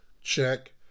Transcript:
check